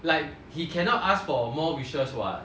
like he cannot ask for more wishes what